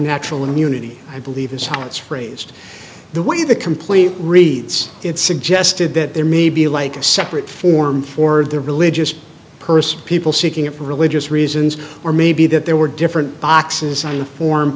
natural immunity i believe in silence phrased the way the complete reads it suggested that there may be like a separate form for the religious person people seeking it for religious reasons or maybe that there were different boxes on the form